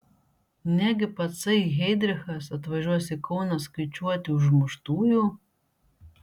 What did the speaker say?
negi patsai heidrichas atvažiuos į kauną skaičiuoti užmuštųjų